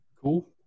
Cool